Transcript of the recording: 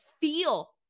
feel